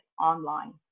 online